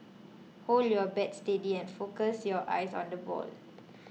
hold your bat steady and focus your eyes on the ball